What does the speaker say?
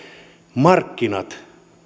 markkinat